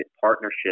partnership